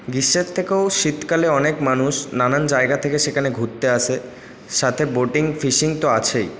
গ্রীষ্মের থেকেও শীতকালে অনেক মানুষ নানা জায়গা থেকে সেখানে ঘুরতে আসে সাথে বোটিং ফিশিং তো আছেই